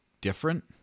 different